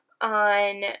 on